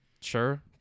sure